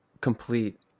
complete